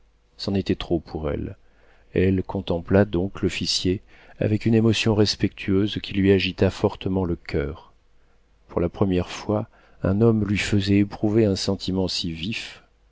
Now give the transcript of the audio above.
c'en était trop pour elle elle contempla donc l'officier avec une émotion respectueuse qui lui agita fortement le coeur pour la première fois un homme lui faisait éprouver un sentiment si vif